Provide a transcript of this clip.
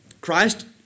Christ